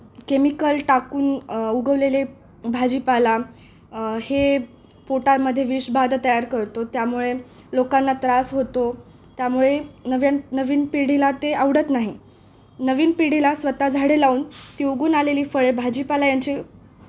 chemical टाकून उगवलेले भाजीपाला हे पोटामध्ये विषबाधा तयार करतो त्यामुळे लोकांना त्रास होतो त्यामुळे नव्यान नवीन पिढीला ते आवडत नाही नवीन पिढीला स्वतः झाडे लावून ती उगवून आलेली फळे भाजीपाला यांची